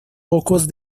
pocos